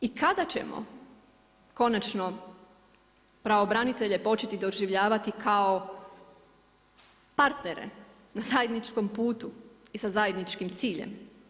I kada ćemo konačno pravobranitelje početi doživljavati kao partnere na zajedničkom putu i sa zajedničkim ciljem?